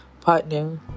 partner